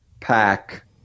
pack